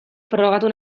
frogatu